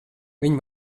viņi